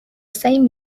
same